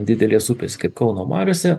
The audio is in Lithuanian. didelės upės kaip kauno mariose